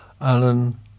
Alan